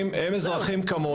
הם אזרחים כמוני,